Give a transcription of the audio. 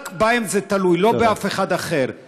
רק בהם זה תלוי, לא באף אחד אחר.